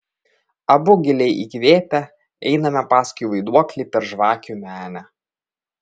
abu giliai įkvėpę einame paskui vaiduoklį per žvakių menę